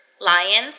lions